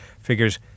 figures—